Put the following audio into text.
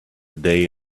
day